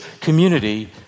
community